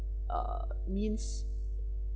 uh means